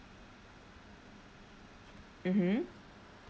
mmhmm